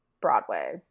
Broadway